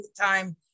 time